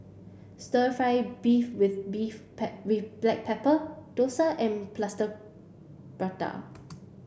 stir fry beef with beef black pepper Dosa and Plaster Prata